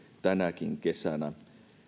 tänäkin kesänä